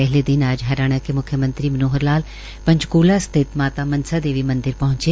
पहले दिन आज हरियाणा के म्ख्यमंत्री मनोहर लाल पंचकूला स्थित माता मनसा देवी मंदिर पहंचे